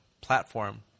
platform